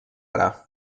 ara